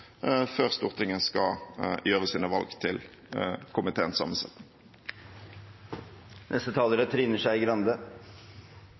før Stortinget skal gjøre sine valg til